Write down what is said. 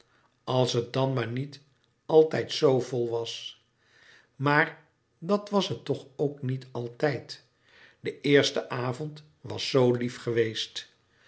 als het dan maar niet altijd zoo vol was maar dat was het toch ook niet altijd de eerste avond was zoo lief geweest